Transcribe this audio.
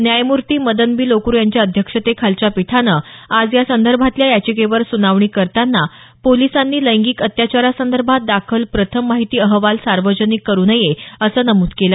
न्यायमूर्ती मदन बी लोकूर यांच्या अध्यक्षतेखालच्या पीठानं आज यासंदर्भातल्या याचिकेवर सुनावणी करताना पोलिसांनी लैंगिक अत्याचारासंदर्भात दाखल प्रथम माहिती अहवाल सार्वजनिक करु नये असं नमूद केलं